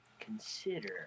consider